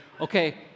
okay